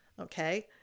okay